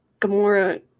Gamora